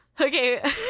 Okay